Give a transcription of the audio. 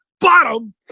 bottom